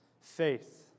faith